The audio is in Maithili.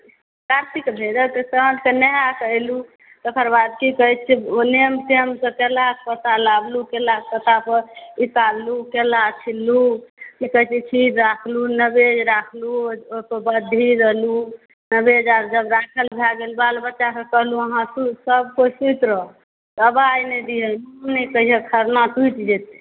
कार्तिककेँ भेजब तऽ साँझकेँ नहा कऽ अयलहुँ तकर बाद की कहैत छियै ओ नेम टेमसँ केलाके पत्ता लाबलहुँ केलाक पत्ताकेँ इकाललहुँ केला छिललहुँ की कहैत छै खीर रखलहुँ नवेद रखलहुँ ओहिपर बद्धी देलहुँ नेवेद्य आओर जब राखल भाए गेल बाल बच्चाकेँ कहलहुँ सभकोइ सूति रह आवाज़ नहि दिहै ई नहि कहियैक खरना टूटि जेतै